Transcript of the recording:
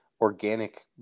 organic